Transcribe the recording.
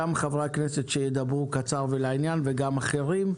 גם חברי הכנסת, שידברו קצר ולעניין וגם אחרים,